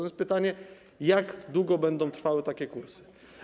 Więc pytanie: Jak długo będą trwały takie kursy?